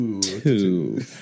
two